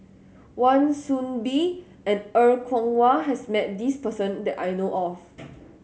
Wan Soon Bee and Er Kwong Wah has met this person that I know of